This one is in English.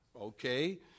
Okay